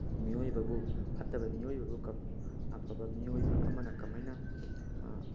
ꯃꯤꯑꯣꯏꯕꯕꯨ ꯐꯠꯇꯕ ꯃꯤꯑꯣꯏꯕꯕꯨ ꯑꯐꯕ ꯃꯤꯑꯣꯏꯕ ꯑꯃꯅ ꯀꯃꯥꯏꯅ